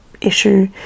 issue